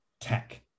tech